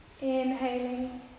Inhaling